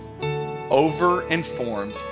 over-informed